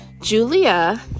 Julia